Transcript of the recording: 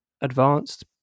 advanced